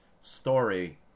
story